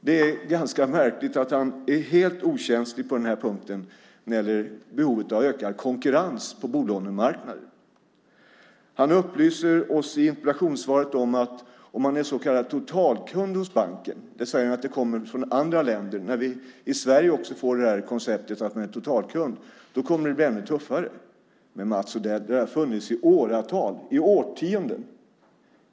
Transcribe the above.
Det är ganska märkligt att han är helt okänslig när det gäller behovet av ökad konkurrens på bolånemarknaden. I interpellationssvaret upplyser han oss om att när vi i Sverige också får konceptet att man är så kallad totalkund hos banken - han säger att det kommer från andra länder - kommer det att bli ännu tuffare. Men, Mats Odell, det har funnits i årtionden.